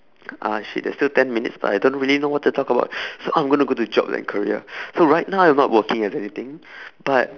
ah shit there's still ten minutes but I don't really know what to talk about so I'm gonna go to jobs and career so right now I'm not working or anything but